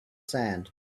sand